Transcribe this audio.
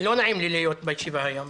לא נעים לי להיות בישיבה היום,